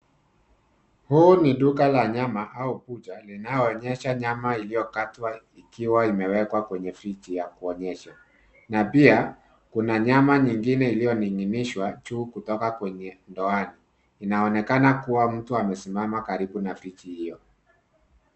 Huu ni duka la nyama au butcher linaloonyesha nyama iliyokatwa ikiwa imewekwa kwenye friji ya kuonyesha. Na pia, kuna nyama nyingine iliyoning'inishwa juu kutoka kwenye ndoana. Inaonekana kuwa mtu amesimama karibu na friji hiyo.